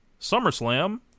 SummerSlam